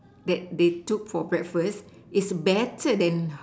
that they took for breakfast is better than